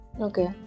Okay